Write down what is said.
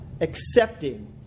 Accepting